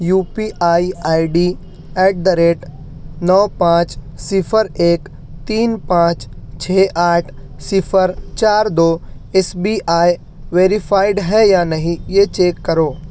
you P I I D at the rate نو پانچ صفر ایک تین پانچ چھ آٹھ صفر چار دو ایس بی آئے ویریفائڈ ہے یا نہیں یہ چیک کرو